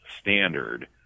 standard